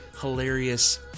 hilarious